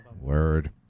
Word